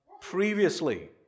previously